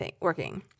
working